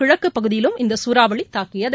கிழக்கு பகுதியிலும் இந்த சூறாவளி தாக்கியது